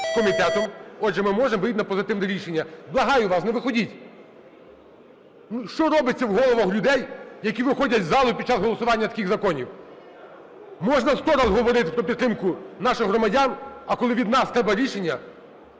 з комітетом. Отже, ми можемо вийти на позитивне рішення. Благаю вас, не виходіть. Ну, що робиться в головах людей, які виходять із залу під час голосування таких законів? Можна сто раз говорити про підтримку наших громадян, а коли від нас треба рішення